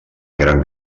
gran